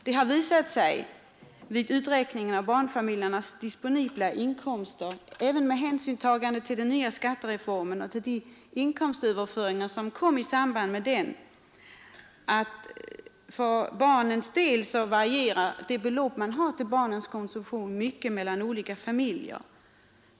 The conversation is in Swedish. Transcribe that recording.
Det har visat sig vid uträkningen av barnfamiljernas disponibla inkomster — även med hänsynstagande till den nya skattereformen och de inkomstöverföringar som sker i samband med den — att för barnens del varierar det belopp man har till barnens konsumtion mycket mellan olika familjer.